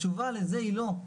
התשובה לזה היא לא.